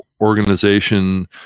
organization